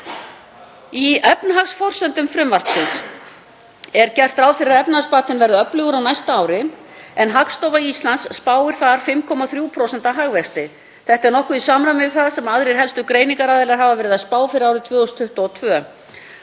Í efnahagsforsendum frumvarpsins er gert ráð fyrir að efnahagsbatinn verði öflugur á næsta ári en Hagstofa Íslands spáir 5,3% hagvexti. Það er nokkuð í samræmi við það sem aðrir helstu greiningaraðilar hafa verið að spá fyrir árið 2022